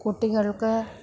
കുട്ടികൾക്ക്